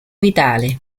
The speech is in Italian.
vitale